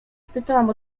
spytałam